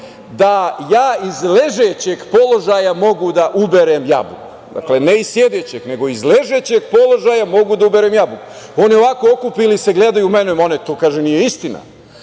da ja iz ležećeg položaja mogu da uberem jabuku, ne iz sedećeg, nego iz ležećeg položaja mogu da uberem jabuku. Oni se okupili, gledaju u mene, i kažu mi da to nije istina,